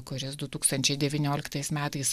kuris du tūkstančiai devynioliktas metais